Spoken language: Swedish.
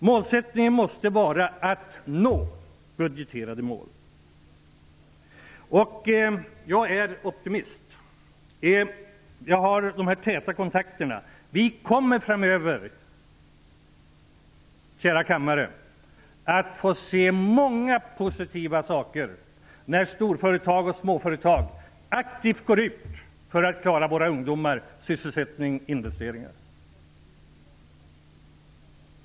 Målsättningen måste vara att nå budgeterade mål. Jag är optimist. Jag har dessa täta kontakter. Kära kammare! Vi kommer framöver att få se många positiva saker när storföretag och småföretag aktivt går ut för att klara av sysselsättningen för våra ungdomar och göra investeringar.